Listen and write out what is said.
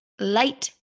light